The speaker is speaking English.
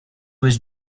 was